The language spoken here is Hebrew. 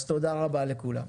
אז תודה רבה לכולם.